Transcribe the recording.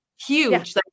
huge